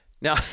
Now